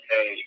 Hey